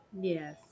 yes